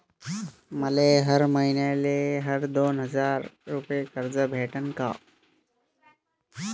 मले हर मईन्याले हर दोन हजार रुपये कर्ज भेटन का?